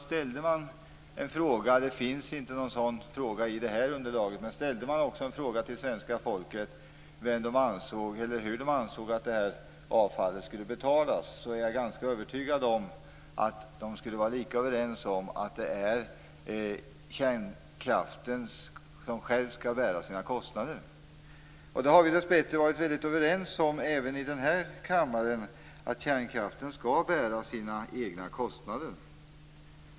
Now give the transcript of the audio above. Ställde man en fråga - det finns inte någon sådan i det här underlaget - till svenska folket om hur det anser att det här med avfallet skall betalas, är jag ganska övertygad om att man skulle vara lika överens om att det är kärnkraften själv som skall bära sina kostnader. Det har vi dessbättre varit ganska överens om även i den här kammaren. Kärnkraften skall bära sina egna kostnader.